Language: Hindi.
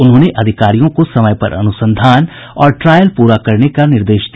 उन्होंने अधिकारियों को समय पर अनुसंधान और ट्रायल पूरा करने का निर्देश दिया